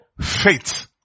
faith